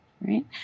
right